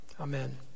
Amen